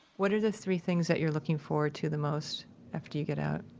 what are the three things that you're looking forward to the most after you get out?